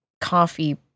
coffee